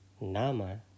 nama